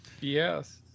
Yes